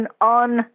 on